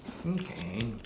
mm can